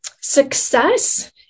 success